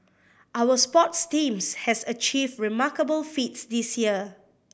our sports teams have achieved remarkable feats this year